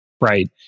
right